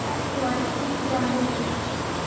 KYC क्या है?